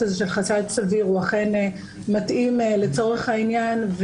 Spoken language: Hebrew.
הזה של חשד סביר הוא אכן מתאים לצורך העניין.